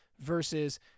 versus